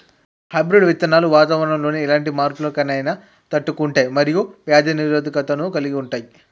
hybrid విత్తనాలు వాతావరణంలోని ఎలాంటి మార్పులనైనా తట్టుకుంటయ్ మరియు వ్యాధి నిరోధకతను కలిగుంటయ్